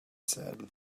said